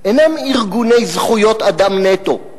אינם ארגוני זכויות אדם נטו.